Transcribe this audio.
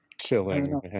Chilling